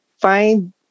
find